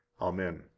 Amen